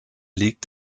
liegt